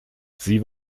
sie